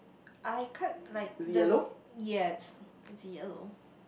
I can't like this yes it's yellow